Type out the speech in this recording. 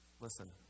Listen